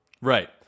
Right